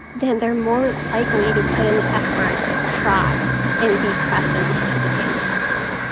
then they're more likely to put in the effect, try and be present and participate in distance learning.